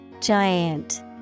Giant